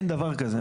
אין דבר כזה.